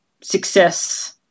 success